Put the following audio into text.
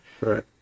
right